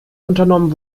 unternommen